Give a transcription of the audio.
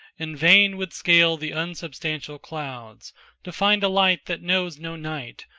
and fain would scale the unsubstantial clouds to find a light that knows no night,